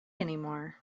anymore